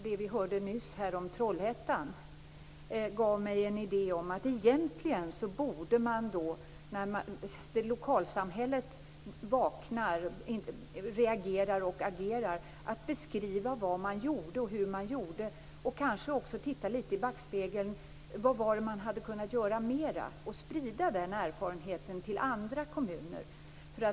Det vi nyss hörde om Trollhättan gav mig en idé om att man, när lokalsamhället vaknar, reagerar och agerar egentligen borde beskriva vad man gjorde och hur man gjorde. Man kanske också skulle titta litet i backspegeln och se vad man mer hade kunnat göra och sprida den erfarenheten till andra kommuner.